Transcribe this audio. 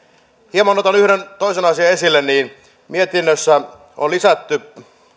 hieman otan yhden toisen asian esille mietinnössä on lisätty